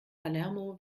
palermo